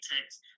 text